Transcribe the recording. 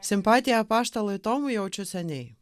simpatiją apaštalui tomui jaučiu seniai